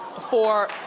for,